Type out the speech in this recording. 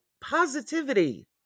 positivity